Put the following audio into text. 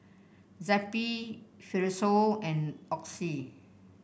Zappy Fibrosol and Oxy